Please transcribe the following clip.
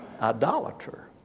idolater